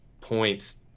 points